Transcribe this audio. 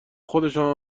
خودشان